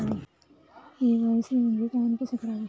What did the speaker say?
KYC म्हणजे काय व कसे करावे?